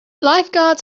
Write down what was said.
lifeguards